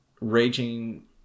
raging